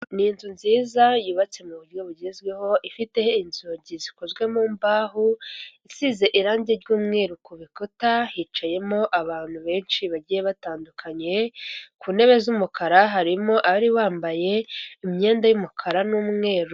Ni inzu nziza yubatse mu buryo bugezweho ifite inzugi zikozwe mu mbaho, isize irangi ry'umweru ku bikuta hicayemo abantu benshi bagiye batandukanye, ku ntebe z'umukara harimo abari bambaye imyenda y'umukara n'umweru.